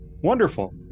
Wonderful